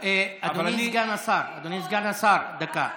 אדוני סגן השר, אדוני סגן השר, דקה.